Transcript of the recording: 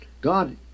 God